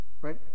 Right